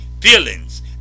feelings